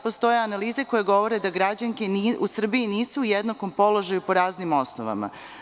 Postoje analize koje govore da građanske u Srbiji nisu u jednakom položaju po raznim osnovama.